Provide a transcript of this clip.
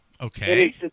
Okay